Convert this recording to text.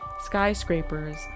skyscrapers